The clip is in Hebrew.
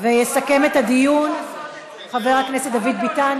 יסכם את הדיון חבר הכנסת דוד ביטן,